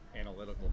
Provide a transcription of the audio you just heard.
analytical